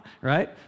right